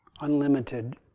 unlimited